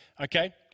okay